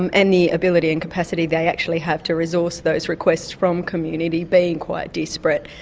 um and the ability and capacity they actually have to resources those requests from community being quite disparate.